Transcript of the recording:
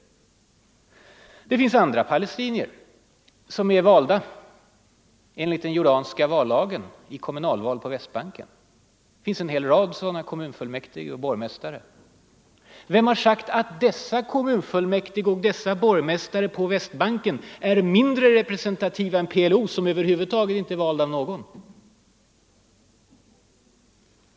läget i Det finns andra palestinier, t.ex. de som i kommunalvalen på Väst Mellersta Östern, banken är valda enligt den jordanska vallagen. Det finns en hel rad sådana — m.m. kommunfullmäktige och borgmästare. Vem har sagt att dessa kommunfullmäktige och borgmästare på Västbanken är mindre representativa än PLO, som inte är vald av någon?